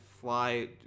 fly